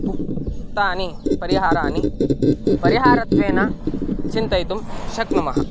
उक्तानि परिहाराणि परिहारत्वेन चिन्तयितुं शक्नुमः